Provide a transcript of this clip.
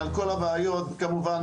תודה רבה.